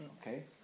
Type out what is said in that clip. Okay